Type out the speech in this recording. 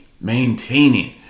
maintaining